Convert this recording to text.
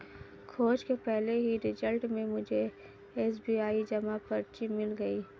खोज के पहले ही रिजल्ट में मुझे एस.बी.आई जमा पर्ची मिल गई